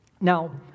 Now